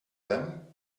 them